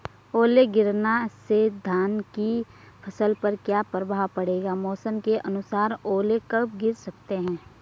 ओले गिरना से धान की फसल पर क्या प्रभाव पड़ेगा मौसम के अनुसार ओले कब गिर सकते हैं?